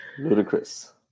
ludicrous